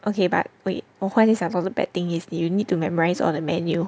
okay but wait 我可以想到的 the bad thing is you need to memorise all the menu